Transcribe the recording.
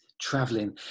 traveling